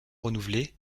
renouvelée